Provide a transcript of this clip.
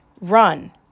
run